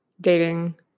dating